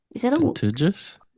Contiguous